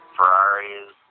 Ferraris